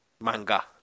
manga